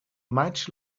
maig